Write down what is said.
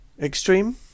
Extreme